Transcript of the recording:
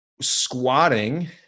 Squatting